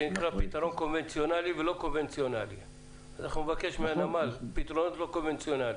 אנחנו נבקש מהנמל פתרונות לא קונבנציונליים.